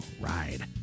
ride